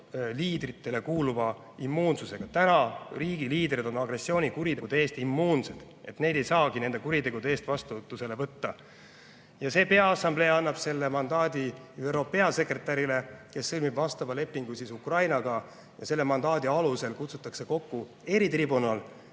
liidritele kuuluva immuunsusega. Praegu on riikide liidrid agressioonikuritegude puhul immuunsed, neid ei saagi nende kuritegude eest vastutusele võtta. Ja peaassamblee annab selle mandaadi ÜRO peasekretärile, kes sõlmib vastava lepingu Ukrainaga. Selle mandaadi alusel kutsutakse kokku eritribunal,